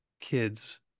kids